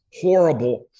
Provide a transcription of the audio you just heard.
horrible